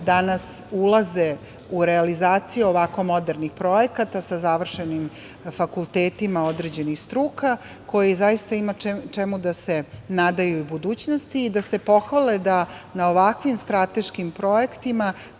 danas ulaze u realizaciju ovako modernih projekata, sa završenim fakultetima određenih struka, koji zaista imaju čemu da se nadaju u budućnosti i da se pohvale da na ovakvim strateškim projektima